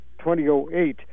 2008